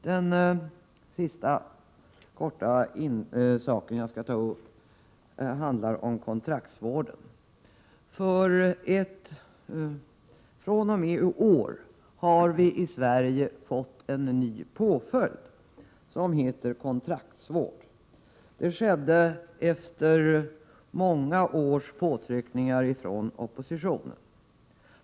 Den sista punkten jag skall ta upp handlar om kontraktsvård. fr.o.m. iår har vi i Sverige fått en ny påföljd som heter kontraktsvård. Denna vårdform infördes efter många års påtryckningar från oppositionen.